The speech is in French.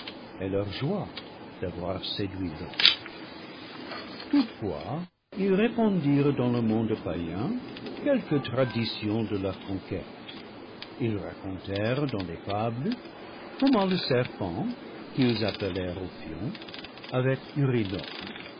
et leur joie d'avoir séduit l'homme toutefois ils répandirent dans le monde païen quelque tradition de leur conquête ils racontèrent dans des fables comment le serpent qu'ils appelèrent ophion avec